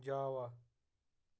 java